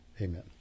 Amen